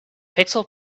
pixel